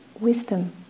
wisdom